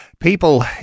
People